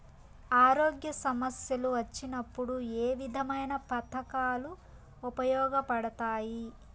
ఆరోగ్య సమస్యలు వచ్చినప్పుడు ఏ విధమైన పథకాలు ఉపయోగపడతాయి